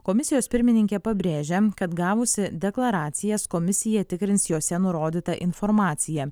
komisijos pirmininkė pabrėžia kad gavusi deklaracijas komisija tikrins juose nurodytą informaciją